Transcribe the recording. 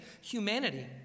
humanity